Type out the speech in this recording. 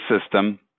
system